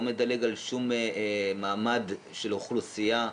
לא מדלג על שום מעמד של אוכלוסייה,